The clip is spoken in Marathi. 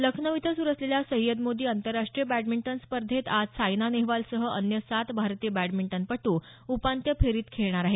लखनौ इथं सुरु असलेल्या सय्यद मोदी आंतरराष्ट्रीय बॅडमिंटन स्पर्धेत आज सायना नेहवालसह अन्य सात भारतीय बॅडमिंटनपटू उपान्त्य पेरीत खेळणार आहेत